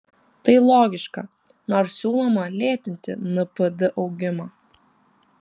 tai logiška nors siūloma lėtinti npd augimą